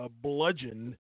bludgeon